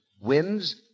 wins